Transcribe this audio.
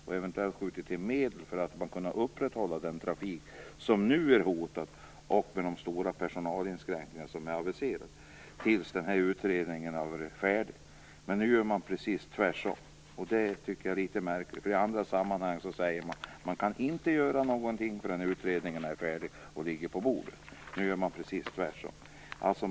Eventuellt hade man skjutit till medel för att de skulle kunna upprätthålla den trafik som nu är hotad och för att slippa de stora personalinskränkningar som är aviserade. Men nu gör man precis tvärtom. Det tycker jag är litet märkligt. I andra sammanhang sägs det att man inte kan göra någonting förrän utredningen är färdig och ligger på bordet. Nu gör man precis tvärtom.